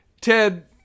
Ted